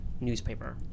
newspaper